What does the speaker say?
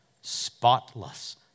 spotless